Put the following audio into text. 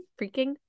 freaking